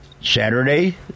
Saturday